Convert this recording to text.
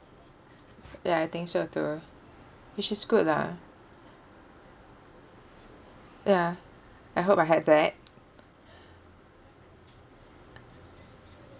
ya I think so too which is good lah ya I hope I had that